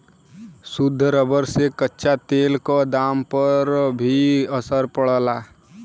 शुद्ध रबर से कच्चा तेल क दाम पर भी असर पड़ला